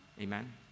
Amen